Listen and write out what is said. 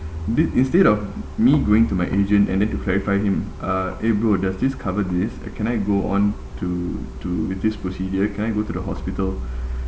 did instead of me going to my agent and then to clarify him uh eh bro does this cover this uh can I go on to to with this procedure can I go to the hospital